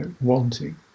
wanting